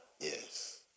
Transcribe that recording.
Yes